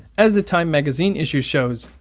as the time magazine issue shows,